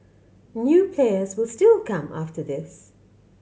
new players will still come after this